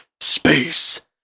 Space